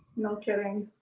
no kidding.